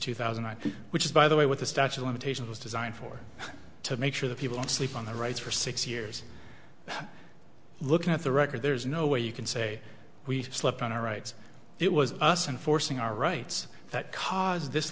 two thousand which is by the way what the statue of limitations was designed for to make sure the people sleep on the right for six years looking at the record there's no way you can say we slipped on our rights it was us and forcing our rights that cause this